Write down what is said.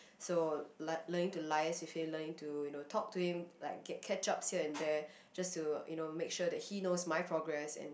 so l~ learning to liaise with him learning to you know talk to him like get catch ups here and there just to you know make sure that he knows my progress and